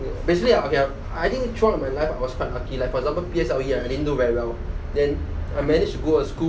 basically I okay I I think throughout my life I was quite lucky lah like for example P_S_L_E I din do very well then I managed to go a school